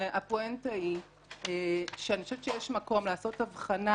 הפואנטה היא שאני חושבת שיש מקום לעשות הבחנה